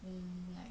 mmhmm like